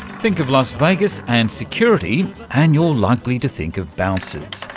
think of las vegas and security and you're likely to think of bouncers.